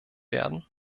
werden